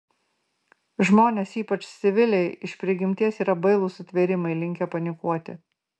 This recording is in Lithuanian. žmonės ypač civiliai iš prigimties yra bailūs sutvėrimai linkę panikuoti